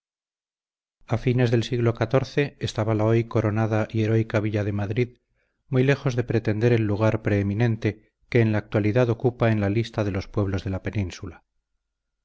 a fines del siglo xiv estaba la hoy coronada y heroica villa de madrid muy lejos de pretender el lugar preeminente que en la actualidad ocupa en la lista de los pueblos de la península